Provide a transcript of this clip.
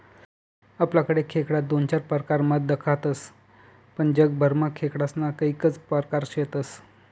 आपलाकडे खेकडा दोन चार परकारमा दखातस पण जगभरमा खेकडास्ना कैकज परकार शेतस